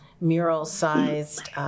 mural-sized